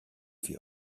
sie